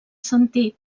sentit